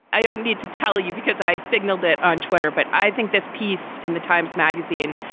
i don't need to tell you because i signaled it on twitter, but i think this piece in the times magazine,